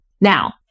Now